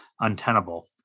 untenable